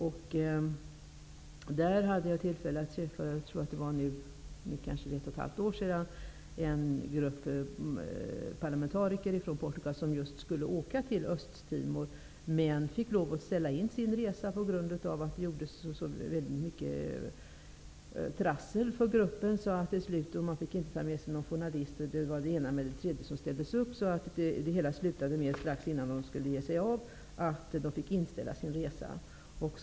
För ungefär ett och ett halvt år sedan hade jag tillfälle att träffa en grupp parlamentariker från Portugal som just skulle åka till Östtimor. De fick lov att ställa in sin resa på grund av det blev så mycket trassel för dem. De fick inte ta med sig någon journalist och det ena med det andra. Det hela slutade med att de fick inställa sin resa strax innan de skulle ge sig av.